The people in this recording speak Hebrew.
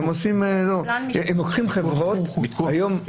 מיקור חוץ.